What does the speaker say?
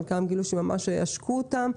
חלקם גילו שממש עשקו אותם.